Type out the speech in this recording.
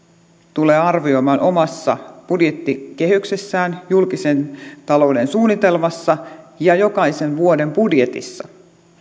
tulee arvioimaan omassa budjettikehyksessään julkisen talouden suunnitelmassa ja jokaisen vuoden budjetissa